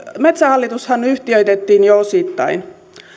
metsähallitushan yhtiöitettiin jo osittain